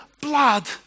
blood